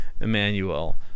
Emmanuel